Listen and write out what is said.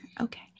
Okay